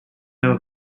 have